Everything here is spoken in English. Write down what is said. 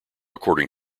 according